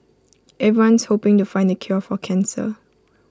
everyone's hoping to find the cure for cancer